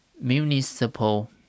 municipal